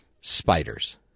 Spiders